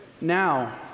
now